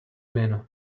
bin